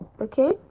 okay